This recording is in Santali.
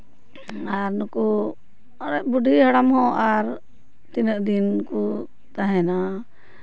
ᱟᱨ ᱱᱩᱠᱩ ᱵᱩᱰᱷᱤ ᱦᱟᱲᱟᱢ ᱦᱚᱸ ᱟᱨ ᱛᱤᱱᱟᱹᱜ ᱫᱤᱱ ᱠᱚ ᱛᱟᱦᱮᱱᱟ